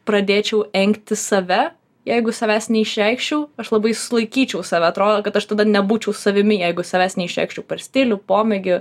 pradėčiau engti save jeigu savęs neišreikščiau aš labai sulaikyčiau save atrodo kad aš tada nebūčiau savimi jeigu savęs neišreikščiau per stilių pomėgį